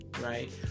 Right